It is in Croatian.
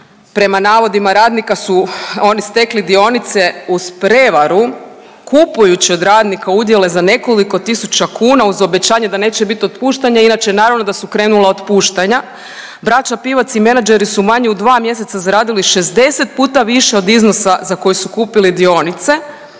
prema navodima radnika su oni stekli dionice uz prevaru kupujući od radnika udjele za nekoliko tisuća kuna uz obećanje da neće bit otpuštanja inače naravno da su krenula otpuštanja. Braća Pivac i menadžeri su manje u dva mjeseca zaradili 60 puta više od iznosa za koji su kupili dionice.